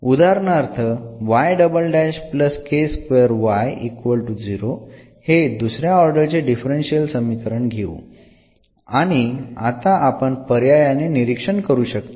उदाहरणार्थ आपण हे दुसऱ्या ऑर्डर चे डिफरन्शियल समीकरण घेऊ आणि आता आपण पर्यायाने निरीक्षण करू शकतो